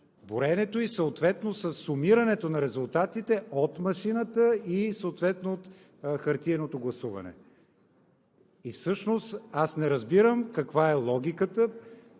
броенето и съответно със сумирането на резултатите от машината и от хартиеното гласуване! Всъщност аз не разбирам каква е логиката